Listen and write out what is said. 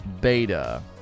Beta